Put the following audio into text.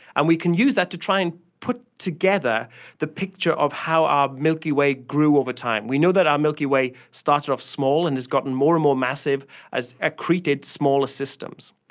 and we can use that to try and put together the picture of how our milky way grew over time. we know that our milky way started off small and it's gotten more and bought massive as accreted smaller systems.